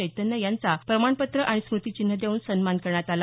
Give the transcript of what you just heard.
चैतन्य यांचा प्रमाणपत्र आणि स्मृतीचिन्ह देऊन सन्मान करण्यात आला